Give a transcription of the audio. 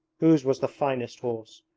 whose was the finest horse?